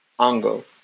Ango